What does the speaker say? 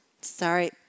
Sorry